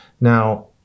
Now